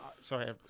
Sorry